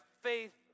faith